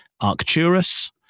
Arcturus